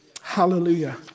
Hallelujah